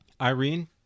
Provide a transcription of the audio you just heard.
irene